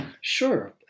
sure